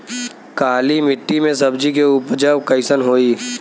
काली मिट्टी में सब्जी के उपज कइसन होई?